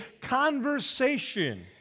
conversation